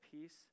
peace